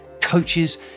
Coaches